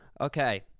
Okay